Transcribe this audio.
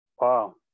Wow